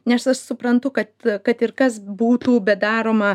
nes aš suprantu kad kad ir kas būtų bedaroma